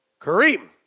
Kareem